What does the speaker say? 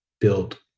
build